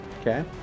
Okay